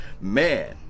man